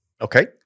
Okay